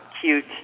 cute